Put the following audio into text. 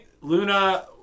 Luna